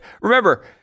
remember